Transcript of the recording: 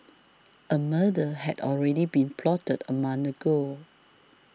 a murder had already been plotted among ago